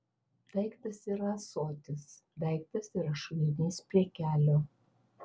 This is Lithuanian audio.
daiktas yra ąsotis daiktas yra šulinys prie kelio